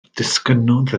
disgynnodd